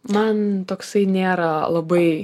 man toksai nėra labai